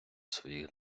своїх